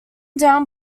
down